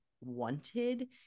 wanted